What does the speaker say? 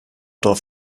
drauf